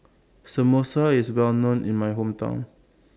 Samosa IS Well known in My Hometown